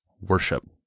Worship